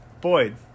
Boyd